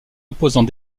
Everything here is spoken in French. opposant